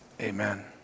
amen